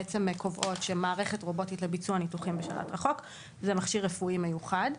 קובע שמערכת רובוטית לביצוע ניתוחים בשלט רחוק זה מכשיר רפואי מיוחד.